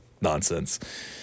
nonsense